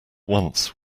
once